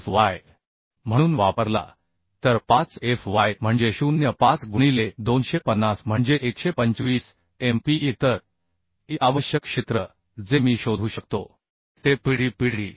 5fy म्हणून वापरला तर 5 fy म्हणजे 0 5 गुणिले 250 म्हणजे 125 Mpa तर Ae आवश्यक क्षेत्र जे मी शोधू शकतो ते Pd Pd